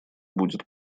будет